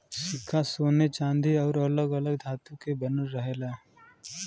सिक्का सोने चांदी आउर अलग अलग धातु से बनल रहेला